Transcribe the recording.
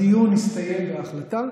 הדיון הסתיים בהחלטה,